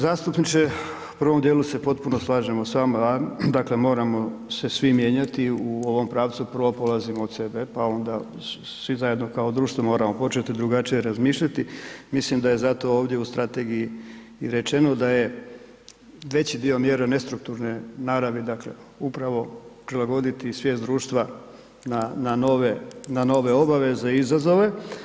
Uvaženi zastupniče u prvom dijelu se potpuno slažemo s vama, dakle moramo se svi mijenjati u ovom pravcu, prvo polazimo od sebe, pa onda svi zajedno kao društvo moramo početi drugačije razmišljati, mislim da je zato ovdje u Strategiji i rečeno da je veći dio mjera nestrukturne naravi, dakle upravo prilagoditi svijest društva na nove, na nove obaveze i izazove.